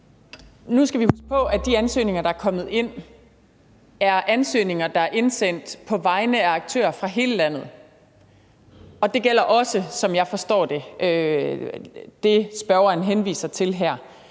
Nu skal vi huske på, at de ansøgninger, der er kommet ind, er ansøgninger, der er indsendt på vegne af aktører fra hele landet, og det gælder også, sådan som jeg forstår det, det, spørgeren henviser til her.